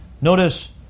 Notice